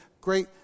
great